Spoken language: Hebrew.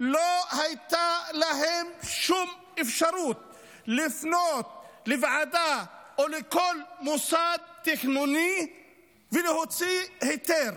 לא הייתה שום אפשרות לפנות לוועדה או לכל מוסד תכנוני ולהוציא היתר.